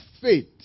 faith